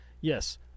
yes